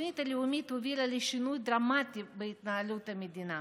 התוכנית הלאומית הובילה לשינוי דרמטי בהתנהלות המדינה: